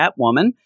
Catwoman